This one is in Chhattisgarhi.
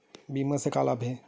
बीमा से का लाभ हे?